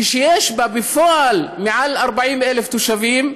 כשיש בה בפועל מעל 40,000 תושבים,